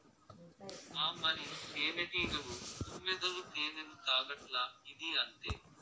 ఆ మరి, తేనెటీగలు, తుమ్మెదలు తేనెను తాగట్లా, ఇదీ అంతే